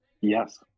yes